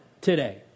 today